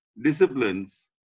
disciplines